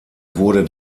wurde